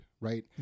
Right